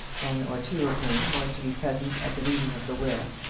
one or two of whom were to be present at the reading of the will.